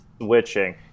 Switching